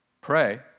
pray